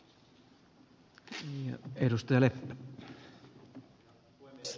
herra puhemies